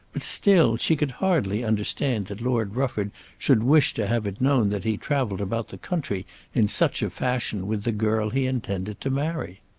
but still she could hardly understand that lord rufford should wish to have it known that he travelled about the country in such a fashion with the girl he intended to marry.